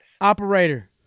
Operator